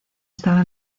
estaba